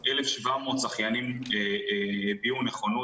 1,700 שחיינים הביעו נכונות.